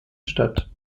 statt